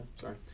sorry